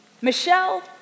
Michelle